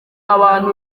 abantu